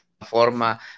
forma